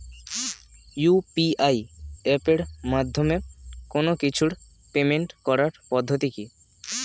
UPI এপের মাধ্যমে কোন কিছুর পেমেন্ট করার পদ্ধতি কি?